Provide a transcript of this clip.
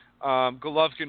Golovkin